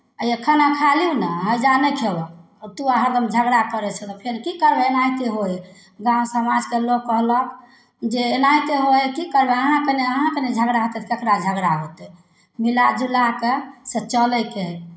हे खाना खा लिउ ने हइ जा नहि खयबह आ तोँ हरदम झगड़ा करै छह तऽ फेर की करबै एनाहिते होइ हइ गाँव समाजके लोक कहलक जे एनाहिते होइ हइ की करबै जे अहाँके नहि अहाँके नहि झगड़ा होतै तऽ ककरा होतै मिला जुला कऽ से चलयके हइ